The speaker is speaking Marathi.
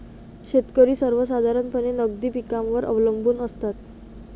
शेतकरी सर्वसाधारणपणे नगदी पिकांवर अवलंबून असतात